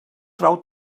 trau